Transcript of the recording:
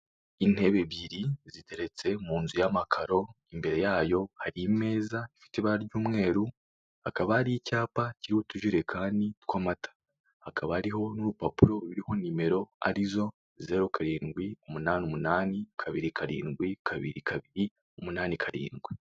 Intebe ebyiri ziteretse mu nzu y'amakaro, imbere yayo hari imeza ifite ibara ry'umweru, hakaba hari icyapa kiriho utujerekani tw'amata, hakaba hariho n'urupapuro ruriho nimero arizo; zeru karindwi, umunani umunani, kabiri karindwi, kabiri kabiri, umunani karindwi.